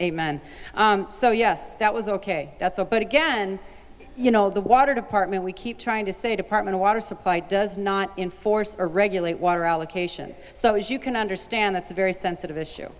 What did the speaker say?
man so yes that was ok that's all but again you know the water department we keep trying to say department of water supply does not enforce or regulate water allocation so as you can understand that's a very sensitive issue